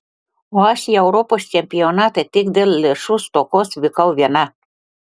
o aš į europos čempionatą tik dėl lėšų stokos vykau viena